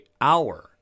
Hour